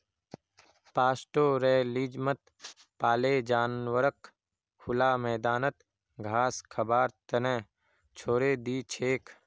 पास्टोरैलिज्मत पाले जानवरक खुला मैदानत घास खबार त न छोरे दी छेक